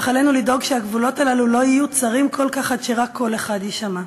אך עלינו לדאוג שהגבולות הללו לא יהיו צרים כל כך עד שרק קול אחד יישמע.